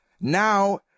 Now